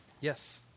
Yes